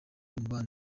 umubano